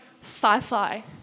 sci-fi